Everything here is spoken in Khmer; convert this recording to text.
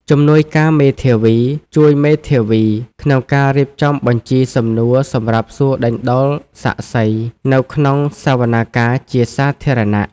ជំនួយការមេធាវីជួយមេធាវីក្នុងការរៀបចំបញ្ជីសំណួរសម្រាប់សួរដេញដោលសាក្សី នៅក្នុងសវនាការជាសាធារណៈ។